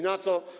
Na co?